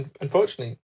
unfortunately